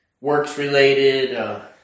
works-related